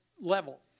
level